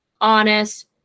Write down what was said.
honest